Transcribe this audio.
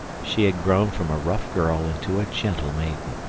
she had grown from a rough girl into a gentle maiden.